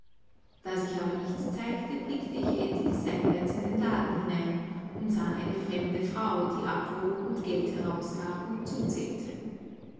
da sich aber nichts zeigte blickte ich endlich seitwärts in den laden hinein und sah eine fremde frau die abwog und geld herausgab und zuzählte